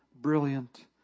brilliant